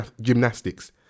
gymnastics